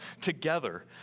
together